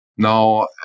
Now